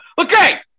Okay